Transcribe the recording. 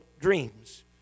dreams